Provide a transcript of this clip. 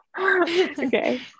Okay